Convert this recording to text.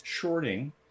shorting